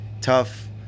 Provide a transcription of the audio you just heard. tough